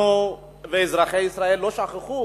אנחנו ואזרחי ישראל לא שכחנו